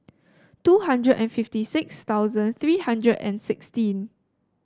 two hundred and fifty six thousand three hundred and sixteen